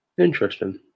Interesting